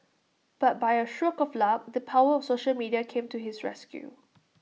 but by A stroke of luck the power of social media came to his rescue